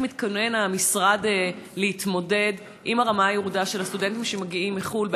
איך מתכונן המשרד להתמודד עם הרמה הירודה של הסטודנטים שמגיעים מחו"ל?